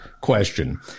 question